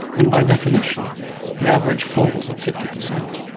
when by definition the average falls at fifty per cent?